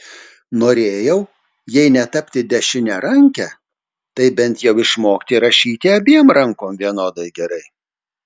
norėjau jei ne tapti dešiniaranke tai bent jau išmokti rašyti abiem rankom vienodai gerai